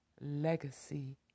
legacy